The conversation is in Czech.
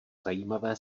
zajímavé